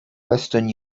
western